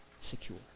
secure